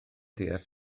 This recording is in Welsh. deall